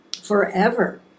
forever